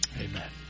Amen